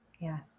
Yes